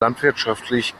landwirtschaftlich